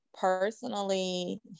personally